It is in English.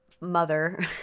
mother